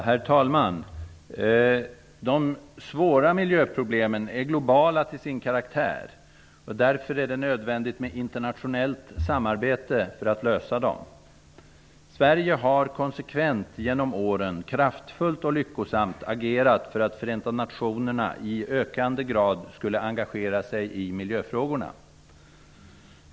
Herr talman! De svåra miljöproblemen är globala till sin karaktär. Därför är det nödvändigt med ett internationellt samarbete för att lösa dem. Sverige har konsekvent genom åren kraftfullt och lyckosamt agerat för att Förenta Nationerna i ökande grad skall engagera sig i miljöfrågorna.